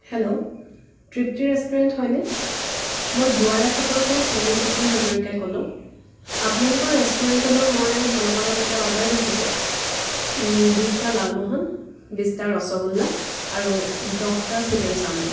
hello Tripti restaurant হয়নে মই দুৱাৰা চুকৰ পৰা চিলমিল সপোন হাজৰিকাই ক'লোঁ আপোনালোকৰ ৰেষ্টুৰেণ্টলৈ মই অলপ আগত এটা অৰ্ডাৰ দিছিলোঁ বিছটা লালমোহন বিছটা ৰচগোল্লা আৰু দহটা চিকেন চাউ মিন